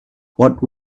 what